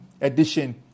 edition